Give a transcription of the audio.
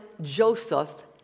Joseph